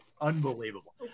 unbelievable